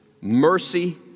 mercy